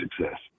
success